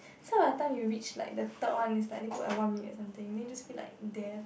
so by the time you reach like the third one it's like they put at one minute or something then you just feel like death